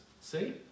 See